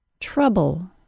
TROUBLE